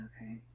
Okay